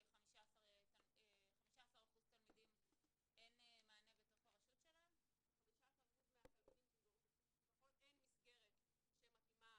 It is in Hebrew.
ל-15% מהתלמידים שמתגוררים בצפון אין מסגרת שמתאימה